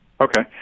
Okay